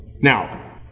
Now